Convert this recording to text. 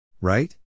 Right